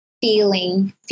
feeling